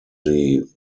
sie